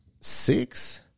Six